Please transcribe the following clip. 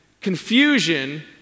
confusion